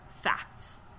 facts